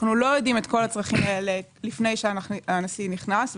אנחנו לא יודעים את כל הצרכים האלה לפני שהנשיא נכנס,